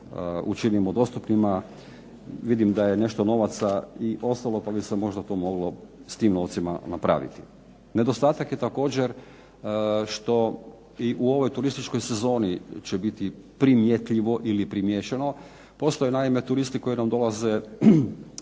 učinimo dostupnima. Vidim da je nešto novaca i ostalo, pa bi se možda to moglo s tim novcima napraviti. Nedostatak je također što i u ovoj turističkoj sezoni će biti primjetljivo ili primijećeno postoje naime turisti koji nam dolaze iz